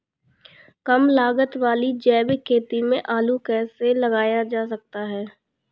कम लागत वाली जैविक खेती में आलू कैसे लगाया जा सकता है?